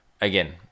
again